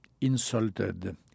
insulted